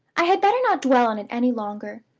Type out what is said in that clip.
i had better not dwell on it any longer.